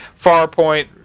Farpoint